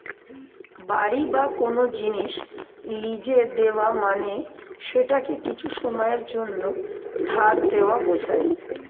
বাড়ি বা কোন জিনিস লীজে দেওয়া মানে সেটাকে কিছু সময়ের জন্যে ধার দেওয়া বোঝায়